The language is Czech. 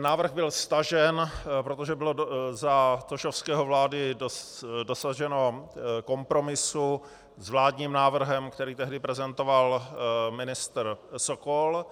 Návrh byl stažen, protože bylo za Tošovského vlády dosaženo kompromisu s vládním návrhem, který tehdy prezentoval ministr Sokol.